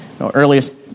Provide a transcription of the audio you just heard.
earliest